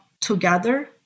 together